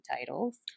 titles